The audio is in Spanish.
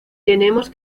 tenemos